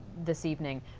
this evening,